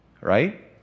right